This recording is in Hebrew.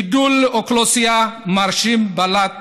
גידול אוכלוסייה מרשים בלט